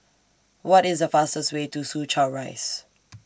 What IS The fastest Way to Soo Chow Rise